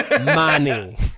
Money